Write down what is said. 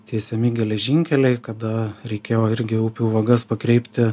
tiesiami geležinkeliai kada reikėjo irgi upių vagas pakreipti